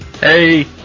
Hey